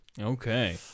Okay